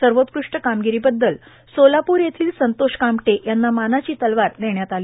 सर्वोत्कृष्ट कामगिरीबद्दल सोलाप्र येथील संतोष कामटे यांना मानाची तलवार देण्यात आली